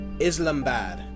Islamabad